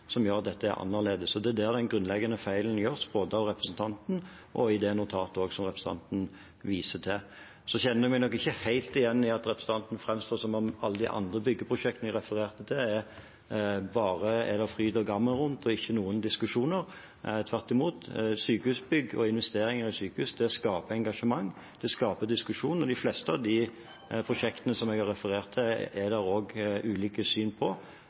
som gjør at dette er annerledes. Det er der den grunnleggende feilen gjøres, både av representanten og i det notatet representanten viste til. Så kjenner jeg meg ikke helt igjen når representanten framstiller det som at det bare er fryd og gammen rundt alle de andre byggeprosjektene jeg refererte til, og ikke noen diskusjoner. Tvert imot: Sykehusbygg og investeringer i sykehus skaper engasjement og diskusjon. De fleste av de prosjektene jeg har referert til, er det ulike syn på.